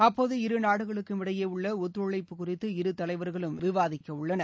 அப்போது இரு நாடுகளுக்கும் இடையே உள்ள ஒத்துழைப்பு குறித்து இரு தலைவர்களும் விவாதிக்க உள்ளனர்